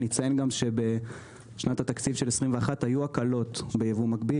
אציין שבשנת התקציב 21' היו הקלות בייבוא במקביל